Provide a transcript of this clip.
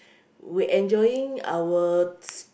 we enjoying our